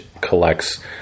collects